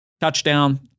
touchdown